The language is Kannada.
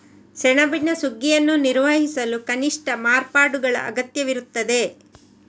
ಸೆಣಬಿನ ಸುಗ್ಗಿಯನ್ನು ನಿರ್ವಹಿಸಲು ಕನಿಷ್ಠ ಮಾರ್ಪಾಡುಗಳ ಅಗತ್ಯವಿರುತ್ತದೆ